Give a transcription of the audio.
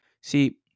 See